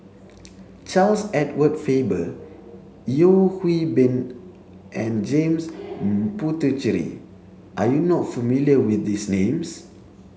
Charles Edward Faber Yeo Hwee Bin and James Puthucheary are you not familiar with these names